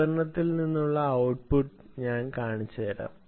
ഉപകരണത്തിൽ നിന്നുള്ള ഔട്ട്പുട്ട് ഞാൻ കാണിച്ചുതരാം